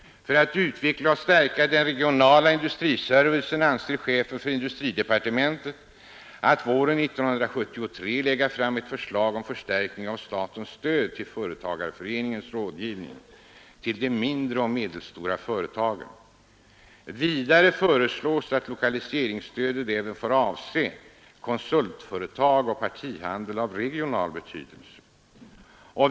För att utveckla och förstärka den regionala industriservicen avser chefen för industridepartementet att våren 1973 lägga fram ett förslag om förstärkning av statens stöd till företagarför eningens rådgivning till de mindre och medelstora företagen. Vidare föreslås att lokaliseringsstödet även får avse konsultföretag och partihandel av regional betydelse.